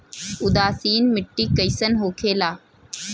उदासीन मिट्टी कईसन होखेला?